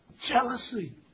Jealousy